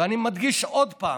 ואני מדגיש עוד פעם: